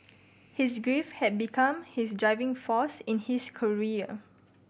his grief had become his driving force in his career